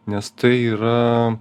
nes tai yra